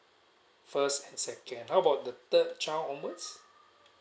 first and second how about the third child onwards